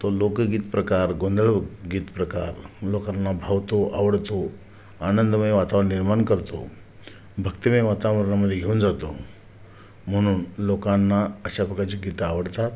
तो लोकगीत प्रकार गोंधळ गीतप्रकार लोकांना भावतो आवडतो आनंदमय वातावरण निर्माण करतो भक्तीमय वातावरणामध्ये घेऊन जातो म्हणून लोकांना अशा प्रकारची गीतं आवडतात